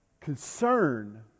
concern